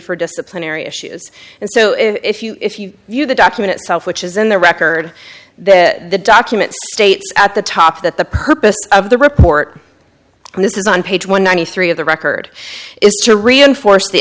for disciplinary issues and so if you if you view the document itself which is in the record the document states at the top that the purpose of the report and this is on page one ninety three of the record is to reinforce the